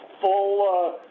full